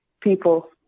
people